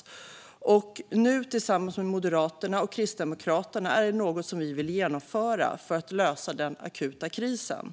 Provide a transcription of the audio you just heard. Det är något som vi nu vill genomföra tillsammans med Moderaterna och Kristdemokraterna för att lösa den akuta krisen.